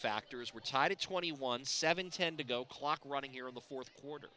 factor as we're tied at twenty one seven ten to go clock running here in the fourth quarter